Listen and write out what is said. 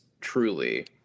truly